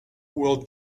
will